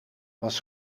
was